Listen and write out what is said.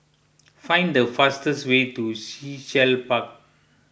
find the fastest way to Sea Shell Park